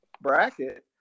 bracket